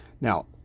Now